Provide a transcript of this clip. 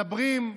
מדברים,